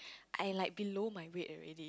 I like below my weight already